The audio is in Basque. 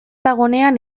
dagoenean